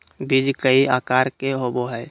बीज कई आकार के होबो हइ